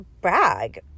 brag